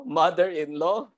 mother-in-law